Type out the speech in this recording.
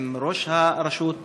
עם ראש הרשות.